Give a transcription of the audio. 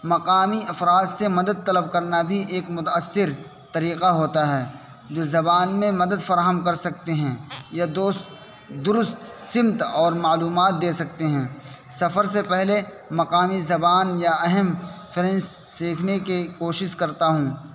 مقامی افراد سے مدد طلب کرنا بھی ایک متاثر طریقہ ہوتا ہے جو زبان میں مدد فراہم کر سکتے ہیں یا دوست درست سمت اور معلومات دے سکتے ہیں سفر سے پہلے مقامی زبان یا اہم سیکھنے کی کوشش کرتا ہوں